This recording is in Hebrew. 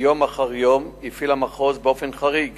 אחר יום, הפעיל המחוז באופן חריג